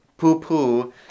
poo-poo